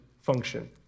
function